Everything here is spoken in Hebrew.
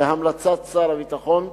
בהמלצת שר הביטחון.